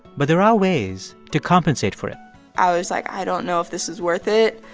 but there are ways to compensate for it i was like, i don't know if this is worth it.